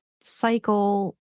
cycle